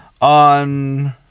on